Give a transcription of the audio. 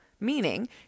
Meaning